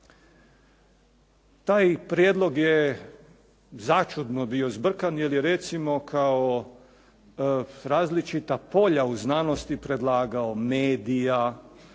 Taj prijedlog je začudno bio zbrkan jer je recimo kao različita polja u znanosti predlagao medije,